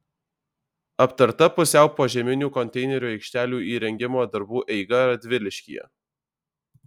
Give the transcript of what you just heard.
aptarta pusiau požeminių konteinerių aikštelių įrengimo darbų eiga radviliškyje